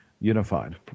unified